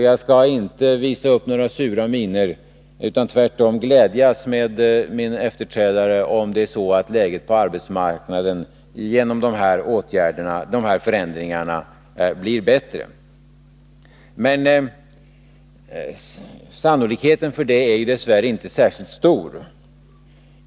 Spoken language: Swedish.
Jag skall inte visa upp några sura miner, utan tvärtom glädjas med min efterträdare om det är så att läget på arbetsmarknaden genom dessa förändringar blir bättre. Men sannolikheten för det är dess värre inte särskilt stor.